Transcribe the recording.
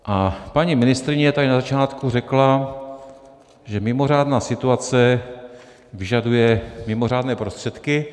A paní ministryně tady na začátku řekla, že mimořádná situace vyžaduje mimořádné prostředky.